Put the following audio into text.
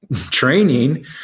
training